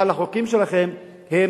אבל החוקים שלכם הם